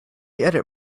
edit